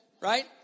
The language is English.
Right